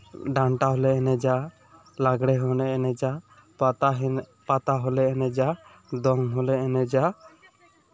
ᱰᱟᱱᱴᱟ ᱦᱚᱞᱮ ᱮᱱᱮᱡᱟ ᱞᱟᱜᱽᱲᱮ ᱦᱚᱞᱮ ᱮᱱᱮᱡᱟ ᱯᱟᱛᱟᱦᱚᱸ ᱯᱟᱛᱟ ᱦᱚᱸᱞᱮ ᱮᱱᱮᱡᱟ ᱫᱚᱝ ᱦᱚᱞᱮ ᱮᱱᱮᱡᱟ